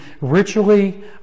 ritually